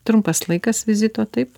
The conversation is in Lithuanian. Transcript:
trumpas laikas vizito taip